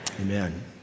amen